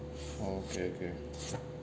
orh okay okay